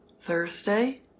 Thursday